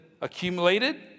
accumulated